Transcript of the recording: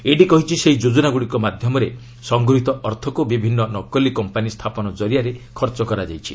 ED କହିଛି ସେହି ଯୋଜନାଗ୍ରଡ଼ିକ ମାଧ୍ୟମରେ ସଂଗୃହୀତ ଅର୍ଥକୁ ବିଭିନ୍ନ ନକଲି କମ୍ପାନୀ ସ୍ଥାପନ ଜରିଆରେ ଖର୍ଚ୍ଚ କରାଯାଇଛି